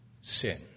sin